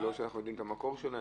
אנחנו לא יודעים מה המקור שלהן,